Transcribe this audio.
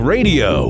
Radio